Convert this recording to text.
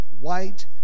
white